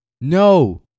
no